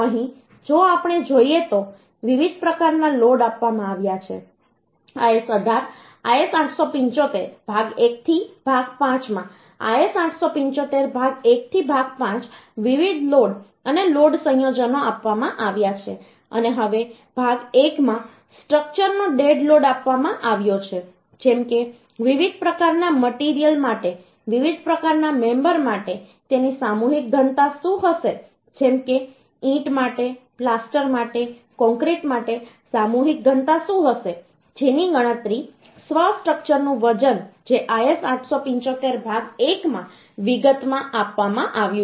તો અહીં જો આપણે જોઈએ તો વિવિધ પ્રકારના લોડ આપવામાં આવ્યા છે IS875 ભાગ 1 થી ભાગ 5 માં IS875 ભાગ 1 થી ભાગ 5 વિવિધ લોડ અને લોડ સંયોજનો આપવામાં આવ્યા છે અને હવે ભાગ 1 માં સ્ટ્રક્ચરનો ડેડ લોડ આપવામાં આવ્યો છે જેમ કે વિવિધ પ્રકારના મટિરિયલ માટે વિવિધ પ્રકારના મેમ્બર માટે તેની સામૂહિક ઘનતા શું હશે જેમ કે ઈંટ માટે પ્લાસ્ટર માટે કોંક્રિટ માટે સામૂહિક ઘનતા શું હશે જેની ગણતરી સ્વ સ્ટ્રક્ચરનું વજન જે IS875 ભાગ 1 માં વિગતોમાં આપવામાં આવ્યું છે